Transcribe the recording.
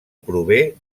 prové